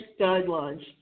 guidelines